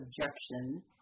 objection